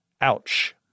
Ouch